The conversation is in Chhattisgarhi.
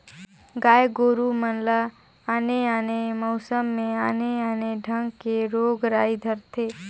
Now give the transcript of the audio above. गाय गोरु मन ल आने आने मउसम में आने आने ढंग के रोग राई धरथे